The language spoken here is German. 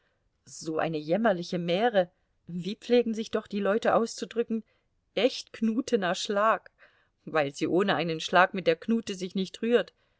so eine jämmerliche mähre wie pflegen sich doch die leute auszudrücken echt knutehner schlag weil sie ohne einen schlag mit der knute sich nicht rührt